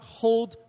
hold